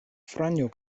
franjo